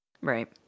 Right